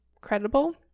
credible